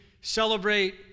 celebrate